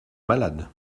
malade